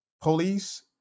Police